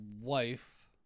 wife